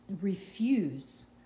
refuse